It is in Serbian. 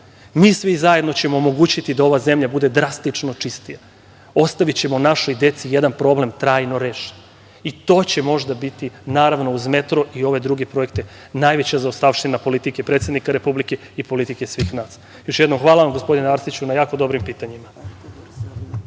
Mi svi zajedno ćemo omogućiti da ova zemlja bude drastično čistija. Ostavićemo našoj deci jedan problem trajno rešen i to će možda biti naravno uz metro i ove druge projekte najveća zaostavština politike predsednika Republike i politike svih nas. Još jednom, hvala vam, gospodine Arsiću, na jako dobrim pitanjima.